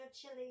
chili